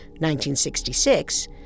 1966